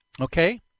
Okay